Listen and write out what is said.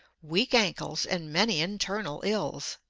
weak ankles, and many internal ills.